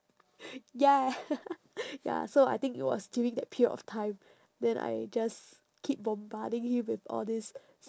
ya ya so I think it was during that period of time then I just keep bombarding him with all these